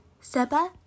Seba